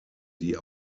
die